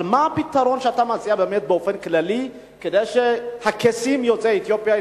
אבל מה הפתרון שאתה מציע באופן כללי כדי שהקייסים יוצאי אתיופיה,